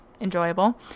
enjoyable